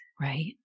right